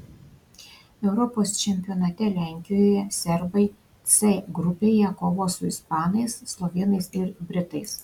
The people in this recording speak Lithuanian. europos čempionate lenkijoje serbai c grupėje kovos su ispanais slovėnais ir britais